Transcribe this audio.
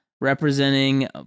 representing